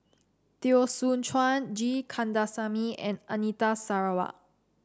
Teo Soon Chuan G Kandasamy and Anita Sarawak